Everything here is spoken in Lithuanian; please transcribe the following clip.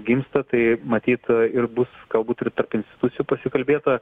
gimsta tai matyt ir bus galbūt ir tarp institucijų pasikalbėta